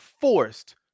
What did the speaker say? forced